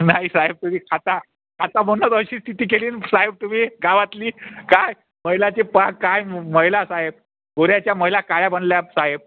नाही साहेब तुम्ही खाता खाता म्हणूनच अशी स्थिती केली साहेब तुम्ही गावातली काय महिलाची पा काय महिला साहेब गोऱ्याच्या महिला काय बनल्या साहेब